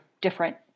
different